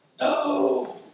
No